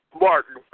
Martin